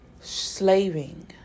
slaving